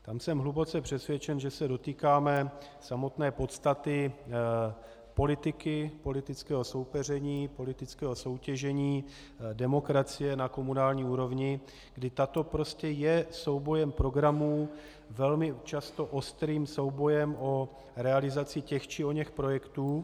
Tam jsem hluboce přesvědčen, že se dotýkáme samotné podstaty politiky, politického soupeření, politického soutěžení, demokracie na komunální úrovni, kdy tato prostě je soubojem programů, velmi často ostrým soubojem o realizaci těch či oněch projektů.